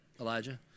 Elijah